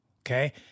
Okay